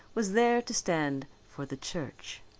was there to stand for the church.